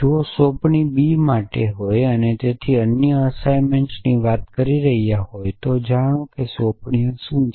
જો સોંપણી બી માટે તેથી આપણે અન્ય અસાઇનમેન્ટની વાત કરી રહ્યા છીએ તો જાણો છો કે સોંપણીઓ શું છે